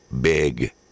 big